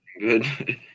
good